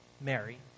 mary